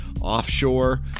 offshore